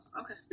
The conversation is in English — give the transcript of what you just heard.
Okay